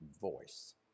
voice